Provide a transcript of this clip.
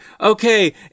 okay